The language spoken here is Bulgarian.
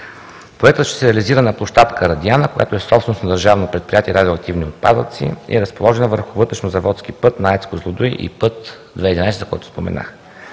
Проектът ще се реализира на площадка „Радиана“, която е собственост на държавно предприятие „Радиоактивни отпадъци“ и е разположена върху вътрешно заводски път на АЕЦ „Козлодуй“ и път ІІ-11, за който споменах.